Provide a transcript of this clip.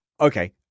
Okay